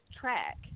track